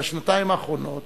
שבשנתיים האחרונות